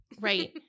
right